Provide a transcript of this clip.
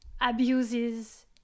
abuses